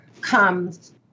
comes